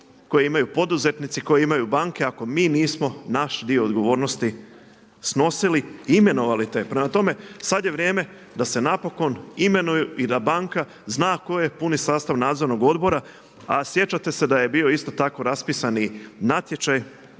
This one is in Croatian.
koje imaju poduzetnici, koje imaju banke ako mi nismo naš dio odgovornosti snosili i imenovali te. Prema tome, sad je vrijeme da se napokon imenuju i da banka zna koji je puni sastav Nadzornog odbora, a sjećate se da je bio isto tako raspisani natječaj